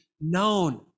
known